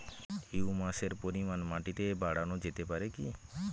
হিউমাসের পরিমান মাটিতে বারানো যেতে পারে কি?